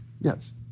Yes